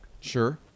Sure